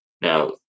Now